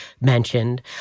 mentioned